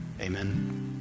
amen